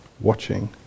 watching